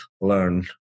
learn